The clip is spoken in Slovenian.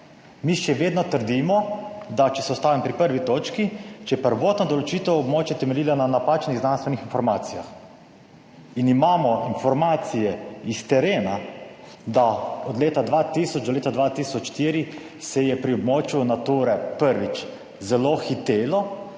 Mi še vedno trdimo, da če se ustavim pri prvi točki, če je prvotna določitev območja temeljila na napačnih znanstvenih informacijah in imamo informacije iz terena, da od leta 2000 do leta 2004 se je pri območju Nature, prvič, zelo hitelo,